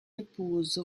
épouse